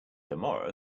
tomorrow